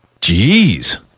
Jeez